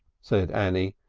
said annie,